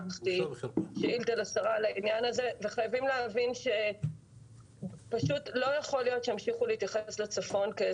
אנחנו מבינים שיש תקציב לתכנון סטטוטורי